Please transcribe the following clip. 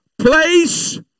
place